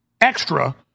Extra-